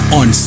on